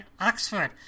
Oxford